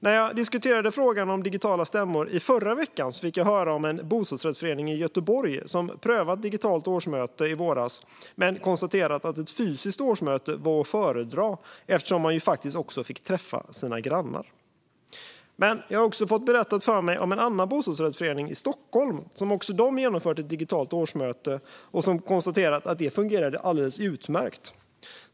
När jag diskuterade frågan om digitala stämmor förra veckan fick jag höra om en bostadsrättsförening i Göteborg som prövat digitalt årsmöte i våras men konstaterat att ett fysiskt årsmöte var att föredra, eftersom man faktiskt också fick träffa sina grannar. Jag har också fått berättat för mig om en bostadsrättsförening i Stockholm som genomfört ett digitalt årsmöte och konstaterat att det fungerade alldeles utmärkt.